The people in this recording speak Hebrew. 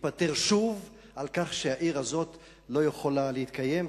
התפטר שוב, על כך שהעיר הזאת לא יכולה להתקיים.